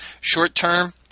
Short-term